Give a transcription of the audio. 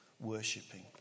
worshipping